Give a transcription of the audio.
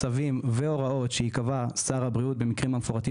צווים והוראות שיקבע שר הבריאות במקרים המפורטים